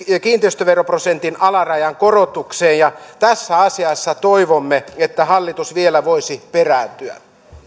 kiinteistöveroprosentin alarajan korotukseen ja tässä asiassa toivomme että hallitus vielä voisi perääntyä